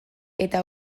eta